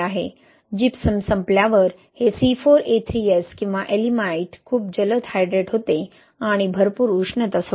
gypsum संपल्यावर हे C4A3S किंवा Yeelimite खूप जलद हायड्रेट होते आणि भरपूर उष्णता सोडते